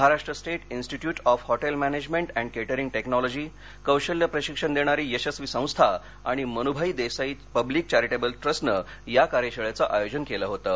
Maharashtra state institute of hotel management and catering technology कौशल्य प्रशिक्षण देणारी यशस्वी संस्था आणि मनृभाई देसाई पब्लिक चॅरिटेबल ट्रस्टनं या कार्यशाळेचं आयोजन केलं होतं